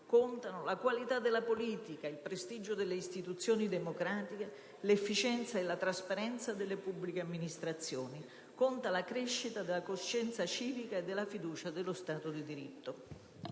Contano la qualità della politica, il prestigio delle istituzioni democratiche, l'efficienza e la trasparenza delle pubbliche amministrazioni. Conta la crescita della coscienza civica e la fiducia nello Stato di diritto.